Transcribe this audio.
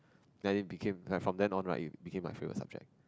then it became like from then on right it became my favourite subject